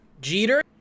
Jeter